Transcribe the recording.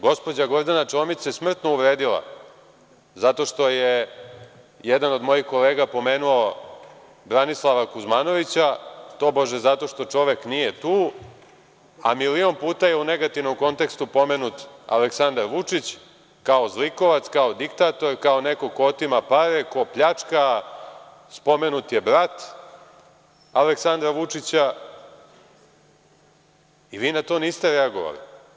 Gospođa Gordana Čomić se smrtno uvredila, zato što je jedan od mojih kolega pomenuo Branislava Kuzmanovića, tobože zato što čovek nije tu, a milion puta je u negativnom kontekstu pomenut Aleksandar Vučić kao zlikovac, kao diktator, kao neko ko otima pare, ko pljačka, spomenut je brat Aleksandara Vučića i vi na to niste reagovali.